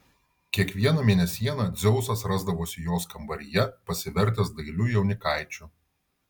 kiekvieną mėnesieną dzeusas rasdavosi jos kambaryje pasivertęs dailiu jaunikaičiu